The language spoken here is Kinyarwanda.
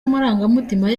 amarangamutima